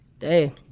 Hey